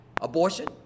Abortion